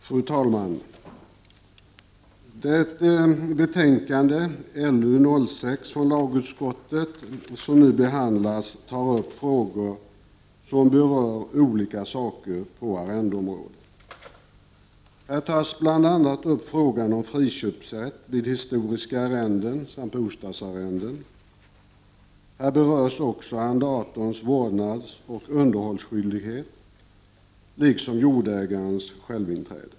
Fru talman! Det betänkande, LU6 från lagutskottet, som nu behandlas tar upp frågor som berör olika saker på arrendeområdet. Här tas bl.a. upp frågan om friköpsrätt vid historiska arrenden samt bostadsarrenden. Här berörs också arrendatorns vårdnadsoch underhållsskyldighet liksom jordägares självinträde.